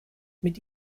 mit